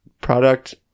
Product